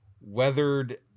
weathered